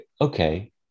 okay